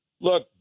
Look